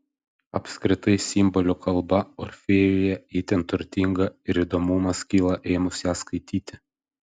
apskritai simbolių kalba orfėjuje itin turtinga ir įdomumas kyla ėmus ją skaityti